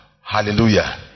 Hallelujah